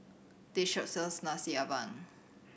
this shop sells Nasi Ambeng